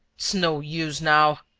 it's no use now,